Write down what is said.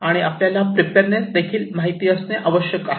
आणि आपल्याला प्रिपेअरनेस देखील माहित असणे आवश्यक आहे